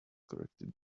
corrected